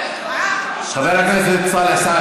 חבר הכנסת סאלח סעד,